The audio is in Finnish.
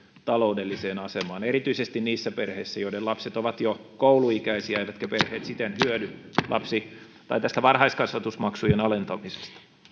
taloudelliseen asemaan erityisesti niissä perheissä joiden lapset ovat jo kouluikäisiä eivätkä perheet siten hyödy tästä varhaiskasvatusmaksujen alentamisesta